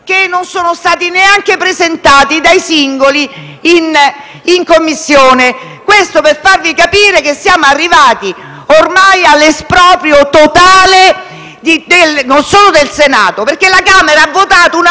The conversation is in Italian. che non sono stati neanche presentati dai singoli in Commissione. Questo per farvi capire che siamo arrivati, ormai, all'esproprio totale, e non solo del Senato, perché la Camera ha votato una manovra